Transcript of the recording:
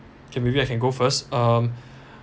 can maybe I can go first um